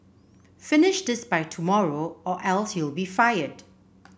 finish this by tomorrow or else you'll be fired